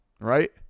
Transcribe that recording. right